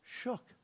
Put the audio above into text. shook